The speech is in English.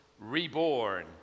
Reborn